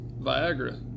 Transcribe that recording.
Viagra